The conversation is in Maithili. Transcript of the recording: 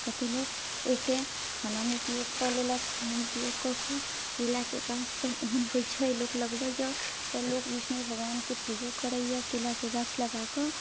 कतेक लोक ओहिके खानामे उपयोग कऽ लेलक खानामे उपयोग कऽके केलाके गाछ तऽ एहन होइत छै लोक लगबैया तऽ लोक विष्णु भगवानके पूजो करैया केलाके गाछ लगाके